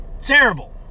terrible